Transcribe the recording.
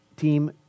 team